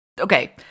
okay